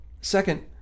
Second